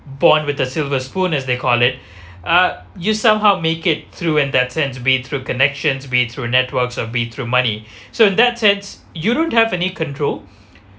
born with a silver spoon as they call it uh you somehow make it through and that sense to be through connections be through networks or be through money so in that sense you don't have any control